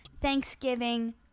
Thanksgiving